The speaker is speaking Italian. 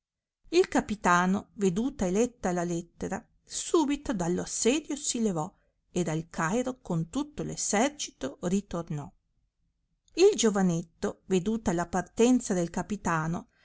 il capitano veduta e letta la lettera subito dallo assedio si levò ed al cairo con tutto lo essercito ritornò il giovanetto veduta la partenza del capitano